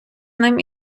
ним